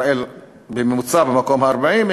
ישראל בממוצע במקום ה-40,